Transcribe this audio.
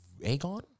Aegon